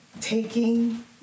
taking